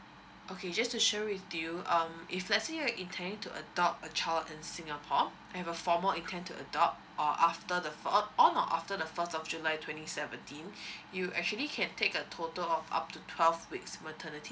okay just to share with you um if let's say you are intending to adopt a child in singapore have a formal intent to adopt or after the fourth on or after the first of july twenty seventeen you actually can take a total of up to twelve weeks maternity